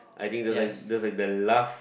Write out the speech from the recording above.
I think that's like that's like the last